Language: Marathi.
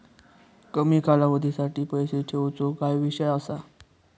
कमी कालावधीसाठी पैसे ठेऊचो काय विषय असा?